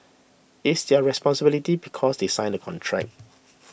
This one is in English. it's their responsibility because they sign the contract